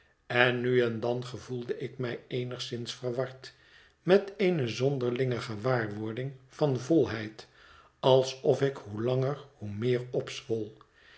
en nu en dan gevoelde ik mij eenigszins verward met eene zonderlinge gewaarwording van volheid alsof ik hoe langer hoe meer